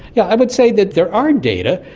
yeah i would say that there are data.